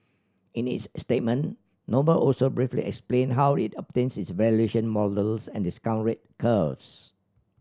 in its statement Noble also briefly explained how it obtains its valuation models and discount rate curves